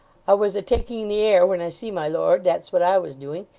i was a-taking the air when i see my lord, that's what i was doing.